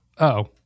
-oh